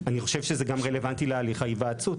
חושב שזה גם רלוונטי להליך ההיוועצות,